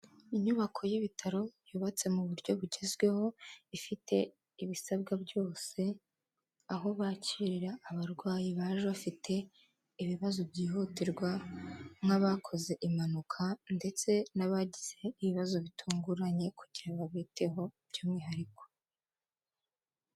Inyubako y'ibitaro yubatse mu buryo bugezweho ifite ibisabwa byose, aho bakirira abarwayi baje bafite ibibazo byihutirwa nk'abakoze impanuka ndetse n'abagize ibibazo bitunguranye kugira ngo biteho by'umwihariko.